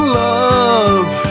love